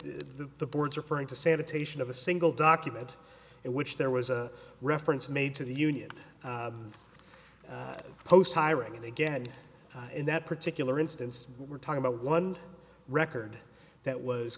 o the board's referring to sanitation of a single document in which there was a reference made to the union post hiring and again in that particular instance we're talking about one record that was